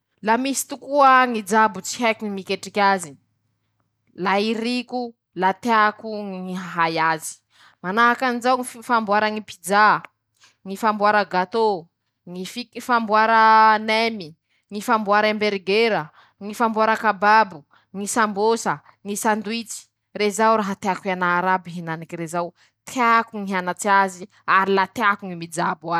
La misy tokoa ñy jabo tsy haiko ñy miketriky azy e, la iriko, la teako ñy hahay azy. Manahaky anizao ñy famboara ñy pizza, ñy famboara gatô, ñy fik famboara nemy, ñy famboarahumbergera, ñy famboarakababo, ñy sambôsa ñy sundwisch ;rezao raha teako hianara iaby raha henaniky rezao, teako ñy hianatsy azy, ary la teako ñy mijabo azy.